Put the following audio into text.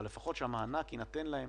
אבל לפחות שהמענק יינתן להם